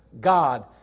God